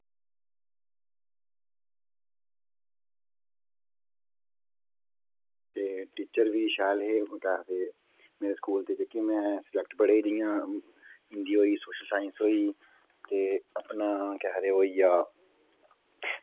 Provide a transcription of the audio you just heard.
एह् टीचर बी शैल हे एह् केह् आखदे ते मेरे स्कूल दे में सब्जैक्ट पढ़े जि'यां इंडिया दी सोशल साईंस होई ते अपना ओह् केह् आखदे ओह् होई गेआ